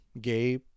gay